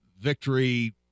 victory